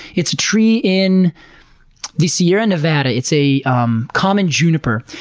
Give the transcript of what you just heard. it's a tree in the sierra nevada, it's a um common juniper,